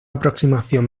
aproximación